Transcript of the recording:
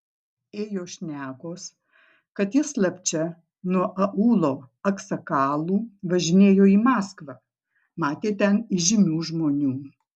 ėjo šnekos kad jis slapčia nuo aūlo aksakalų važinėjo į maskvą matė ten įžymių žmonių